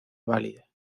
válida